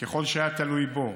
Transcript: ככל שזה היה תלוי בו,